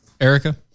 Erica